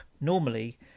normally